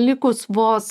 likus vos